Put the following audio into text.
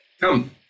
Come